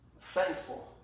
Thankful